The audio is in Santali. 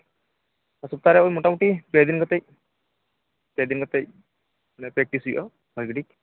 ᱥᱚᱯᱛᱟᱦᱚ ᱨᱮ ᱢᱚᱴᱟᱢᱩᱴᱤ ᱯᱮ ᱫᱤᱱ ᱠᱟᱛᱮ ᱯᱮ ᱫᱤᱱ ᱠᱟᱛᱮ ᱯᱮᱠᱴᱤᱥ ᱦᱩᱭᱩᱜᱼᱟ ᱵᱷᱟᱜᱮᱴᱷᱤᱠ